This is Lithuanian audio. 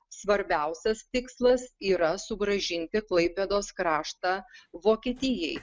svarbiausias tikslas yra sugrąžinti klaipėdos kraštą vokietijai